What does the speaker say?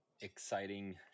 Exciting